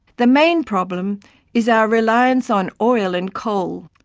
the main problem is our reliance on oil and coal.